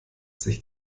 sich